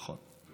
נכון.